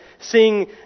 seeing